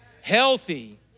healthy